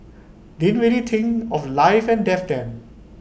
ding really think of life and death then